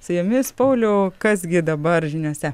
su jumis pauliau kas gi dabar žiniose